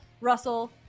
Russell